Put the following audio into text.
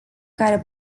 care